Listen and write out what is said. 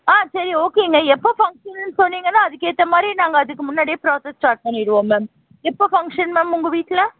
ஆ சரி ஓகேங்க எப்போ ஃபங்ஷன்னு சொன்னீங்கனா அதுக்கு ஏற்ற மாதிரி நாங்கள் அதுக்கு முன்னாடியே ப்ராஸஸ் ஸ்டார்ட் பண்ணிடுவோம் மேம் எப்போ ஃபங்ஷன் மேம் உங்கள் வீட்டில்